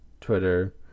Twitter